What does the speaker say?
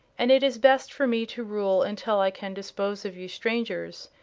and it is best for me to rule until i can dispose of you strangers,